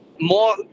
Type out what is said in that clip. More